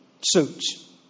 Suits